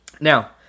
Now